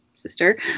sister